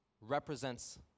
represents